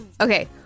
Okay